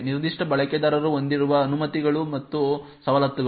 ನಿರ್ದಿಷ್ಟ ಬಳಕೆದಾರರು ಹೊಂದಿರುವ ಅನುಮತಿಗಳು ಮತ್ತು ಸವಲತ್ತುಗಳು